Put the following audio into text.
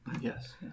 Yes